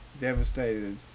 devastated